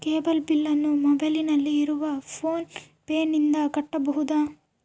Cable ಬಿಲ್ಲನ್ನು ಮೊಬೈಲಿನಲ್ಲಿ ಇರುವ ಫೋನ್ ಪೇನಿಂದ ಕಟ್ಟಬಹುದಾ?